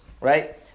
right